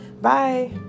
Bye